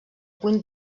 puny